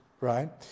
right